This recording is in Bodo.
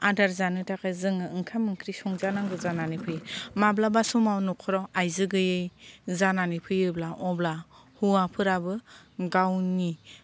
आदार जानो थाखाय जोंनो ओंखाम ओंख्रि संजानांगौ जानानै फैयो माब्लाबा समाव न'खराव आइजो गैयै जानानै फैयोब्ला अब्ला हौवाफोराबो गावनि